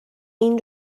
این